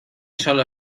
solo